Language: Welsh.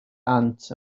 dant